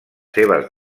seves